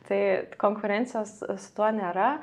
tai konkurencijos su tuo nėra